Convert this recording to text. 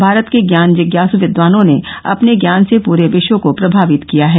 भारत के ज्ञान जिज्ञास् विद्वानों ने अपने ज्ञान से पूरे विश्व को प्रमावित किया है